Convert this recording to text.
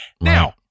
Now